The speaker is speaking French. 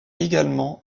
également